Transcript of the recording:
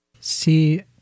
See